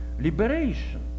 liberation